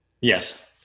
Yes